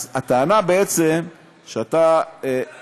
אז הטענה בעצם שאתה, זה